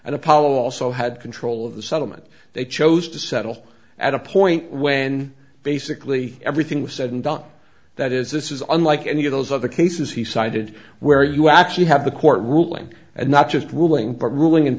and apollo also had control of the settlement they chose to settle at a point when basically everything was said and done that is this is unlike any of those other cases he cited where you actually have the court ruling and not just ruling but ruling